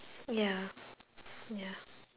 ya ya